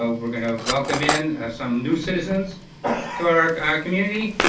ah we're gonna welcome in some new citizens to our our community.